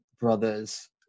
brothers